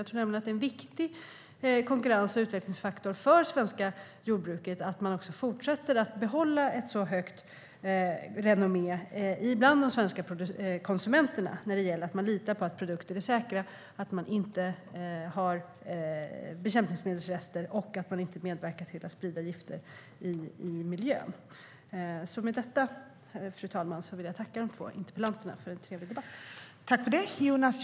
Jag tror nämligen att det är en viktig konkurrens och utvecklingsfaktor för det svenska jordbruket att det också fortsätter att ha ett gott renommé bland de svenska konsumenterna. Det handlar om att de litar på att produkter är säkra, att det inte finns bekämpningsmedelsrester och att man inte medverkar till att sprida gifter i miljön.